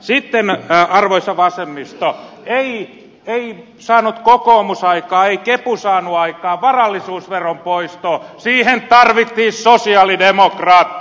sitten arvoisa vasemmisto ei saanut kokoomus aikaan ei kepu saanut aikaan varallisuusveron poistoa siihen tarvittiin sosialidemokraatti